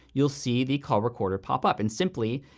you'll see the call recorder pop up. and simply,